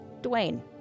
Dwayne